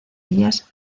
ellas